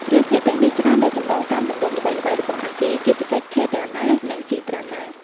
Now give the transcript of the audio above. រឿងភាគទាំងនេះច្រើនតែចម្លងតាម ទម្រង់ល្បីៗ របស់អាស៊ី ជាពិសេស K-Drama និង C-Drama។